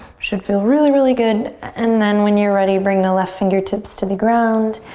should feel really, really good. and then when you're ready, bring the left fingertips to the ground,